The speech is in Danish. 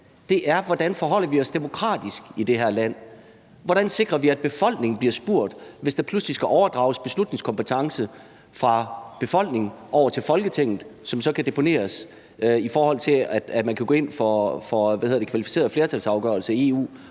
Hvordan forholder vi os demokratisk i det her land? Hvordan sikrer vi, at befolkningen bliver spurgt, hvis der pludselig skal overdrages beslutningskompetence fra befolkningen over til Folketinget, som så kan deponeres, i forhold til at man kan gå ind for afgørelser med